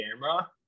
camera